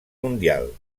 mundial